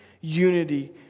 unity